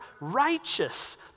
righteous